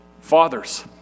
Fathers